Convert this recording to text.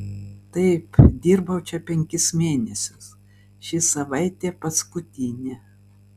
taip dirbau čia penkis mėnesius ši savaitė paskutinė